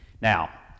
Now